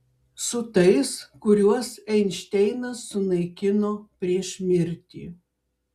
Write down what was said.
su tais kuriuos einšteinas sunaikino prieš mirtį